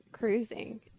cruising